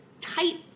tight